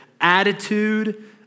Attitude